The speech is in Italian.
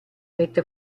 mette